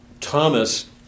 Thomas